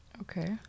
Okay